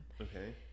Okay